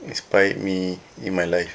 inspired me in my life